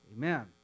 Amen